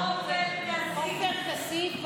עופר כסיף.